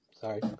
sorry